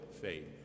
faith